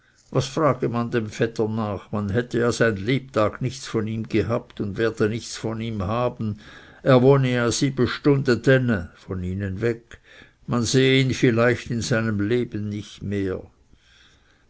was frage man dem vetter nach man hätte ja sein lebtag nichts von ihm gehabt und werde nichts von ihm haben und er wohne ja sieben stunden dadänne man sehe ihn vielleicht in seinem leben nicht mehr